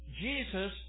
Jesus